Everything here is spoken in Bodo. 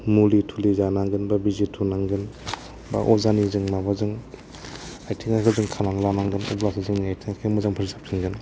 मुलि थुलि जानांगोन बा बिजि थुनांगोन बा अजानि जों माबाजों आथिं आखाइ जों खानानै लानांगोन अब्लासो जोंनि आथिं आखाइया मोजां फैफिनगोन